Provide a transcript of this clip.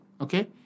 okay